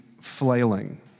flailing